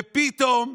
ופתאום,